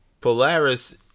Polaris